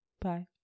Bye